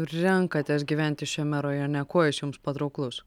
renkatės gyventi šiame rajone kuo jis jums patrauklus